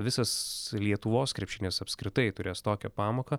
visas lietuvos krepšinis apskritai turės tokią pamoką